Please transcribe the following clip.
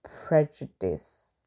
prejudice